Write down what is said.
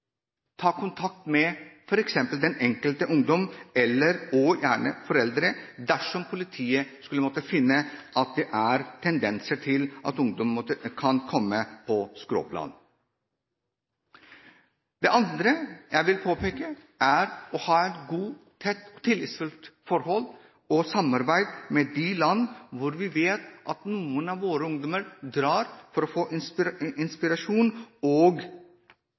ta kontakt med f.eks. den enkelte ungdom eller også gjerne foreldre dersom politiet skulle finne at det er tendenser til at ungdom kan komme på skråplanet. Det andre jeg vil påpeke, er det å ha et godt, tett og tillitsfullt forhold og samarbeid med de land hvor vi vet at noen av våre ungdommer drar for å få inspirasjon og